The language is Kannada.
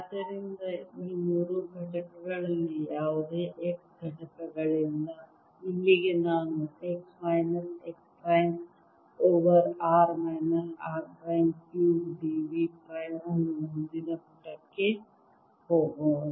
ಆದ್ದರಿಂದ ಈ ಮೂರು ಘಟಕಗಳಲ್ಲಿ ಯಾವುದೇ x ಘಟಕಗಳಿಲ್ಲ ಇಲ್ಲಿಗೆ ನಾನು x minus x prime over r minus r prime cube d v prime ಅನ್ನು ಮುಂದಿನ ಪುಟಕ್ಕೆ ಹೋಗೋಣ